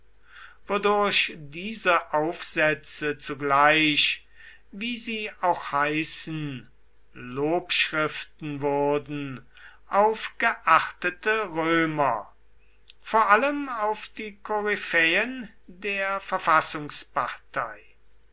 wodurch diese aufsätze zugleich wie sie auch heißen lobschriften wurden auf geachtete römer vor allem auf die koryphäen der